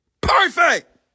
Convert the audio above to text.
Perfect